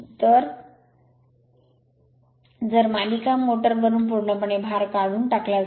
तर जर मालिका मोटर वरून पूर्णपणे भार काढून टाकला असेल